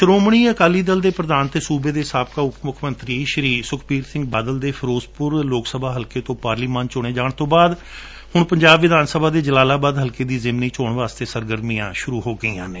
ਸ਼ੋਮਣੀ ਅਕਾਲੀ ਦਲ ਦੇ ਪ੍ਰਧਾਨ ਅਤੇ ਸੁਬੇ ਦੇ ਸਾਬਕਾ ਉਪ ਮੁੱਖਮੰਤਰੀ ਸ਼ੀ ਸੁਖਬੀਰ ਸਿੰਘ ਬਾਦਲ ਦੇ ਫਿਰੋਜਪੁਰ ਲੋਕਸਭਾ ਹਲਕੇ ਤੋਂ ਪਾਰਲੀਮਾਨ ਚੁਣੇ ਜਾਣ ਤੋਂ ਬਾਦ ਹੁਣ ਪੰਜਾਬ ਵਿਧਾਨਸਭਾ ਦੇ ਜਲਾਲਾਬਾਦ ਹਲਕੇ ਦੀ ਜਿਮਨੀ ਚੋਣ ਵਾਸਤੇ ਸਰਗਰਮੀਆਂ ਸ਼ਰੁ ਹੋਣ ਗਈਆਂ ਨੇ